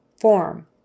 FORM